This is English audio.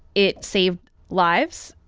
it saved lives.